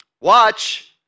watch